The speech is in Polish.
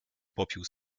popiół